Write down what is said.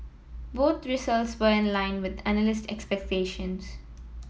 both results were in line with analyst expectations